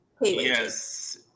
yes